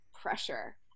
pressure